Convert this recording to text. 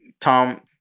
Tom